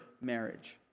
marriage